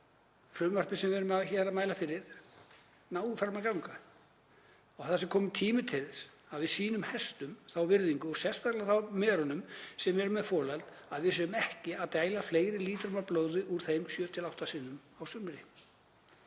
frumvarpið sem við erum hér að mæla fyrir nái fram að ganga og að það sé kominn tími til að við sýnum hestum þá virðingu, sérstaklega merunum sem eru með folöld, að við séum ekki að dæla fleiri lítrum af blóði úr þeim 7–8 sinnum á sumri?